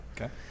Okay